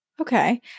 Okay